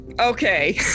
Okay